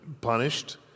punished